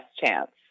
chance